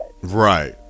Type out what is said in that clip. Right